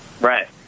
Right